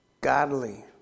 godly